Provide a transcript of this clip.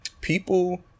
people